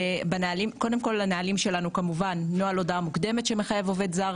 קודם כל הנהלים שלנו כמובן נוהל הודעה מוקדמת שמחייב עובד זר